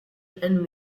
and